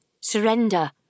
Surrender